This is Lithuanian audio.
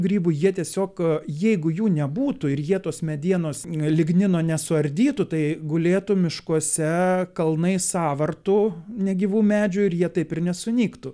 grybų jie tiesiog jeigu jų nebūtų ir jie tos medienos lignino nesuardytų tai gulėtų miškuose kalnai sąvartų negyvų medžių ir jie taip ir nesunyktų